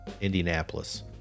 Indianapolis